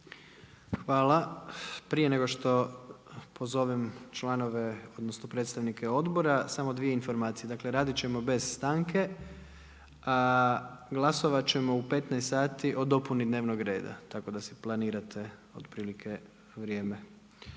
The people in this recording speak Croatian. Hvala. Prije nego što pozovem članove, odnosno predstavnike odbora samo dvije informacije. Dakle, radit ćemo bez stanke. Glasovat ćemo u 15,00 sati o dopuni dnevnog reda tako da si planirate otprilike vrijeme.